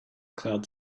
cloud